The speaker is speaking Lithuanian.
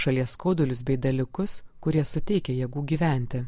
šalies skaudulius bei dalykus kurie suteikia jėgų gyventi